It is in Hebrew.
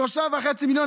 3.5 מיליון.